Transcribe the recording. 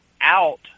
out